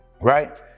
Right